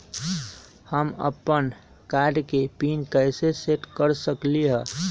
हम अपन कार्ड के पिन कैसे सेट कर सकली ह?